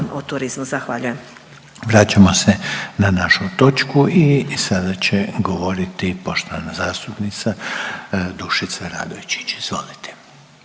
Željko (HDZ)** Vraćamo se na našu točku i sada će govoriti poštovana zastupnica Dušica RAdojčić. Izvolite.